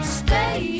stay